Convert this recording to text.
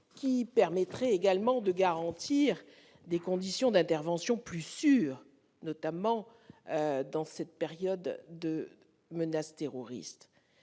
qui permettrait également de garantir des conditions d'intervention plus sûres, notamment dans cette période de menace terroriste.